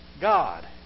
God